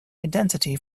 identity